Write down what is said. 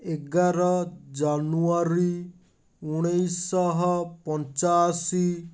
ଏଗାର ଜାନୁଆରୀ ଉଣେଇଶ ଶହ ପଞ୍ଚାଅଶୀ